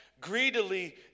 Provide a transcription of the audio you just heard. greedily